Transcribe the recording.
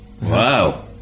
Wow